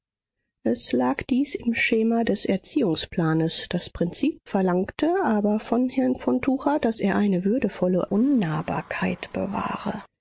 es lag dies im schema des erziehungsplanes das prinzip verlangte aber von herrn von tucher daß er eine würdevolle unnahbarkeit bewahre